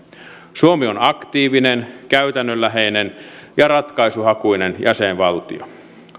suomi on aktiivinen käytännönläheinen ja ratkaisuhakuinen jäsenvaltio